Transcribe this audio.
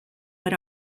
but